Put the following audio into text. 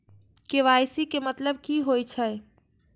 KYC के मतलब की होई छै?